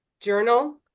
journal